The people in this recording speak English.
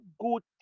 good